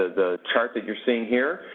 the chart that you're seeing here,